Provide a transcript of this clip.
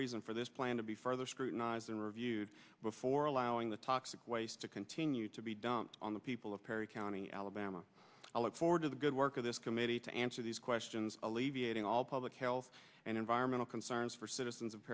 reason for this plan to be further scrutinizing river before allowing the toxic waste to continue to be dumped on the people of perry county alabama i look forward to the good work of this committee to answer these questions alleviating all public health and environmental concerns for citizens of